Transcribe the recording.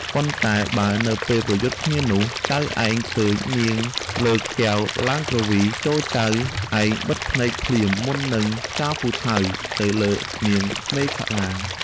ប៉ុន្តែបើនៅពេលប្រយុទ្ធគ្នានោះ ចៅឯងឃើញនាងលើកកែវឡើងគ្រវី ចូរចៅឯងបិទភ្នែកភ្លាមមុននឹងចោលពូថៅទៅលើនាងមេខលា។